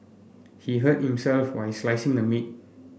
he hurt himself while slicing the meat